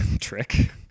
trick